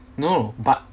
no but